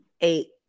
eight